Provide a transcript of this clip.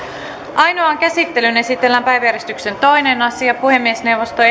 ainoaan käsittelyyn esitellään päiväjärjestyksen toinen asia puhemiesneuvosto